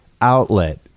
outlet